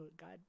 god